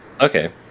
Okay